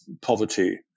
poverty